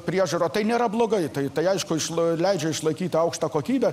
priežiūra tai nėra blogai tai tai aišku leidžia išlaikyti aukštą kokybę